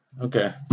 Okay